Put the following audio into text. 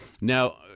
Now